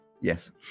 Yes